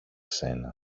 ξένα